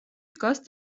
დგას